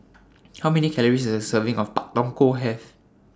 How Many Calories Does A Serving of Pak Thong Ko Have